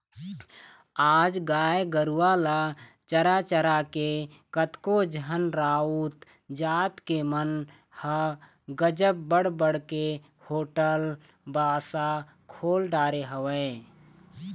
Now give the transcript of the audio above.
आज गाय गरुवा ल चरा चरा के कतको झन राउत जात के मन ह गजब बड़ बड़ होटल बासा खोल डरे हवय